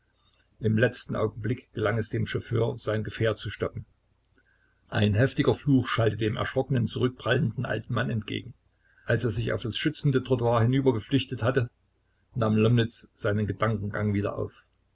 im letzten augenblick gelang es dem chauffeur sein gefährt zu stoppen ein heftiger fluch schallte dem erschrocken zurückprallenden alten manne entgegen als er sich auf das schützende trottoir hinüber geflüchtet hatte nahm lomnitz seinen gedankengang wieder auf